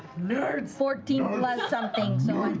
laura fourteen plus something, so